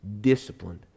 disciplined